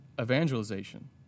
evangelization